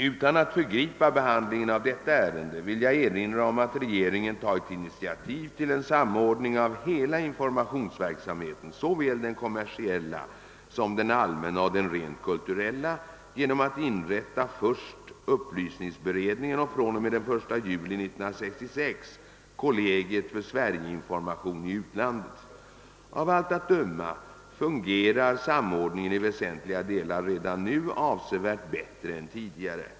Utan att föregripa behandlingen av detta ärende vill jag erinra om att regeringen tagit initiativ till en samordning av hela informationsverksamheten, såväl den kommersiella som den allmänna och den rent kulturella, genom att inrätta först upplysningsberedningen och fr.o.m. den 1 juli 1966 kollegiet för Sverige-information i utlandet. Av allt att döma fungerar samordningen i väsentliga delar redan nu avsevärt bättre än tidigare.